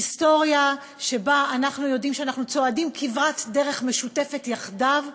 היסטוריה שבה אנחנו יודעים שאנחנו צועדים כברת דרך משותפת יחדיו,